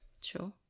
Sure